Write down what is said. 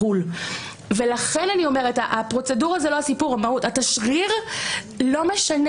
אני מכיר את המערכת מהצד השני, מפניות של אזרחים.